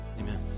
Amen